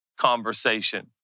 Conversation